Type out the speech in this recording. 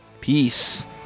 Peace